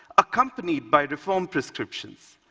accompanied by reform prescriptions.